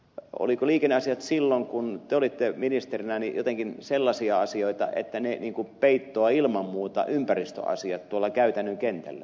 olivatko liikenneasiat silloin kun te olitte ministerinä jotenkin sellaisia asioita että ne niin kuin peittoaisivat ilman muuta ympäristöasiat tuolla käytännön kentällä